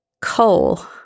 Coal